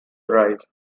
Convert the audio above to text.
drive